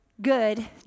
good